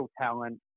talent